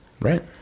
Right